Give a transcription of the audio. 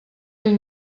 ell